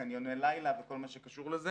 חניוני לילה וכל מה שקשור לזה.